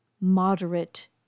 moderate